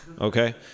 okay